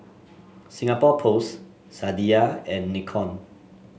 Singapore Post Sadia and Nikon